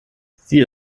sie